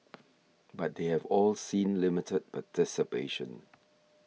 but they have all seen limited participation